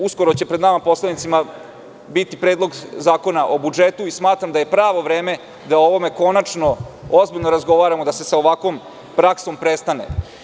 Uskoro će pred nama poslanicima biti Predlog zakona o budžetu i smatram da je pravo vreme da o ovome konačno ozbiljno razgovaramo, da se sa ovakvom praksom prestane.